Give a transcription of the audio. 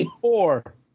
Four